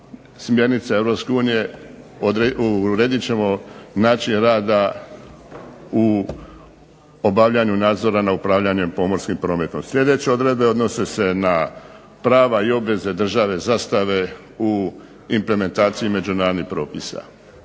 smjernica EU uredit ćemo način rada u obavljanju nadzora nad upravljanjem pomorskim prometom. Sljedeće odredbe odnose se na prava i obveze države, zastave u implementaciji međunarodnih propisa.